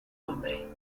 nombre